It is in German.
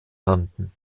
landen